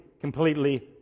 completely